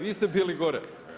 Vi ste bili gore.